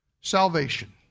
Salvation